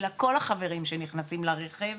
אלא כל החברים שנכנסים לרכב,